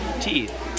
teeth